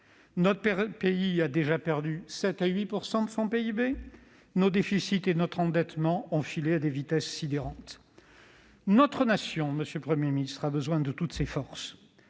Notre pays a déjà perdu 7 % à 8 % de son PIB, nos déficits et notre endettement ont filé à des vitesses sidérantes. Monsieur le Premier ministre, notre nation a besoin de toutes ses forces.